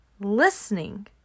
listening